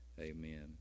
Amen